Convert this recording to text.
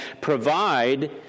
provide